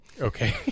Okay